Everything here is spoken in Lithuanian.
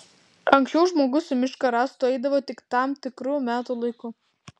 anksčiau žmogus į mišką rąstų eidavo tik tam tikru metų laiku